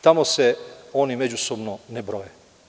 Tamo se oni međusobno ne broje.